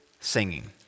singing